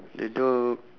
the dog